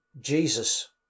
Jesus